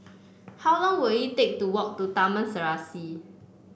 how long will it take to walk to Taman Serasi